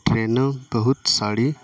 ٹرینوں بہت ساری